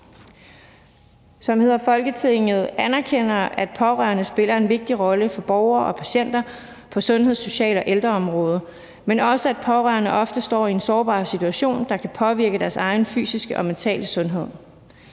»Folketinget anerkender, at pårørende spiller en vigtig rolle for borgere og patienter på sundheds-, social- og ældreområdet, men også at pårørende ofte står i en sårbar situation, der kan påvirke deres egen fysiske og mentale sundhed.